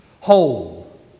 Whole